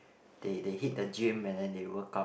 they they hit the gym and then they work out